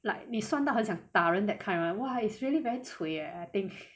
like 你酸到很想打人 that kind right !wah! is really very cui leh I think